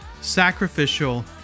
sacrificial